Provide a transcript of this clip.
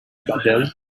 badelt